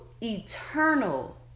eternal